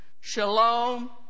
Shalom